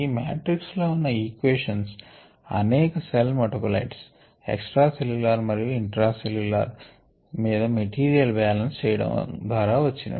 ఈ మాట్రిక్స్ లో ఉన్న ఈక్వేషన్స్ అనేక సెల్ మెటాబోలైట్స్ ఎక్స్ట్రా సెల్ల్యూలార్ మరియు ఇంట్రా సెల్ల్యూలార్ మీద మెటీరియల్ బాలన్స్ చేయడం ద్వారా వచ్చినవి